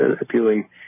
appealing